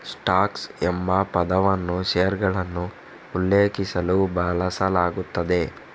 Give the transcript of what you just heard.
stocks ಎಂಬ ಪದವನ್ನು ಷೇರುಗಳನ್ನು ಉಲ್ಲೇಖಿಸಲು ಬಳಸಲಾಗುತ್ತದೆ